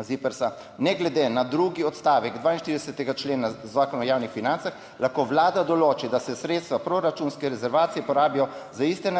ZIPRS, ne glede na drugi odstavek 42. člena Zakona o javnih financah lahko Vlada določi, da se sredstva proračunske rezervacije porabijo za tiste